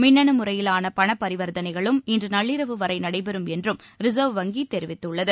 மின்னு முறையிலான பணப் பரிவாத்தனைகளும் இன்று நள்ளிரவு வரை நடைபெறும் என்றும் ரிசர்வ் வங்கி தெரிவித்துள்ளது